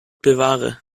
bewahre